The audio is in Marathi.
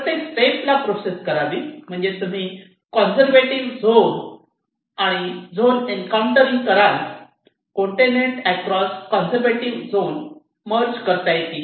प्रत्येक स्टेपला प्रोसेस करावी म्हणजे जेव्हा तुम्ही कॉन्सरवटिव्ह झोन 1 आणि झोन 2 एनकॉन्टरिंग कराल कोणते net across conservative zone merge करता येतील